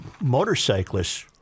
motorcyclists